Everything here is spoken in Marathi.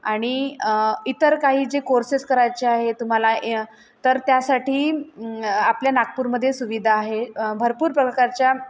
आणि इतर काही जे कोर्सेस करायचे आहे तुम्हाला तर त्यासाठी आपल्या नागपूरमध्ये सुविधा आहे भरपूर प्रकारच्या